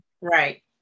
right